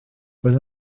roedd